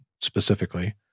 specifically